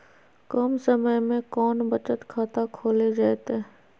कम समय में कौन बचत खाता खोले जयते?